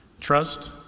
Trust